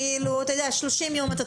אתה תורחק 30 יום ממשחק.